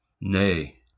nay